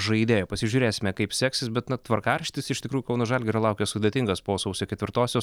žaidėjų pasižiūrėsime kaip seksis bet tvarkaraštis iš tikrųjų kauno žalgirio laukia sudėtingas po sausio ketvirtosios